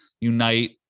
unite